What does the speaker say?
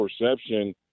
perception